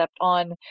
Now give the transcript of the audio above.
on